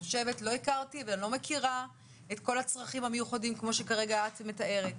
לא הכרתי ואני לא מכירה את כל הצרכים המיוחדים כמו שכרגע את מתארת.